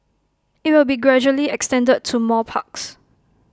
IT will be gradually extended to more parks